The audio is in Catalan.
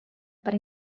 per